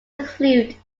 include